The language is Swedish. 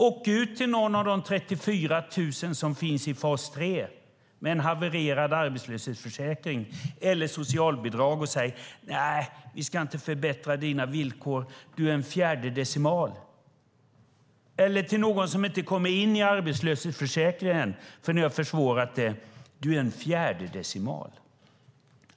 Åk ut till någon av de 34 000 som finns i fas 3 med en havererad arbetslöshetsförsäkring eller socialbidrag och säg: Nej, vi ska inte förbättra dina villkor. Du är en fjärde decimal. Eller åk ut till någon som inte kommer in i arbetslöshetsförsäkringen, eftersom ni har försvårat det, och säg: Du är en fjärde decimal.